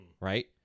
right